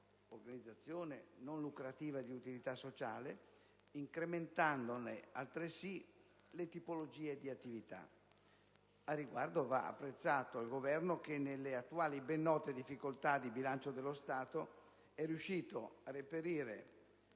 organizzazione non lucrativa di utilità sociale, incrementandone altresì le tipologie di attività. Al riguardo, va apprezzato il Governo che, nelle attuali e ben note difficoltà di bilancio dello Stato, è riuscito a reperire